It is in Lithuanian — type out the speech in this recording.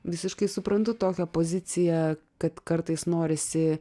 visiškai suprantu tokią poziciją kad kartais norisi